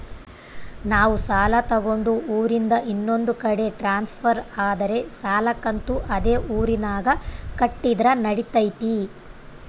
ನಾವು ಸಾಲ ತಗೊಂಡು ಊರಿಂದ ಇನ್ನೊಂದು ಕಡೆ ಟ್ರಾನ್ಸ್ಫರ್ ಆದರೆ ಸಾಲ ಕಂತು ಅದೇ ಊರಿನಾಗ ಕಟ್ಟಿದ್ರ ನಡಿತೈತಿ?